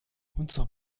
unsere